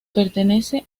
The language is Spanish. pertenece